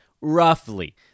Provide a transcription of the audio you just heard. Roughly